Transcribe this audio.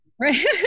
Right